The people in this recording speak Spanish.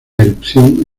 erupción